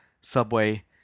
subway